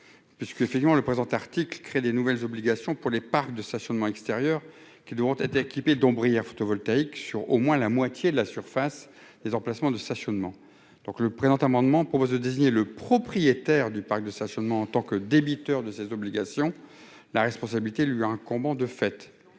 Fillon le présent article crée des nouvelles obligations pour les parcs de stationnement extérieur qui devront être équipés d'Ombrie à photovoltaïques sur au moins la moitié de la surface des emplacements de stationnement donc le présent amendement propose de désigner le propriétaire du parc de stationnement en tant que débiteur de ses obligations la responsabilité lui incombant : de fait,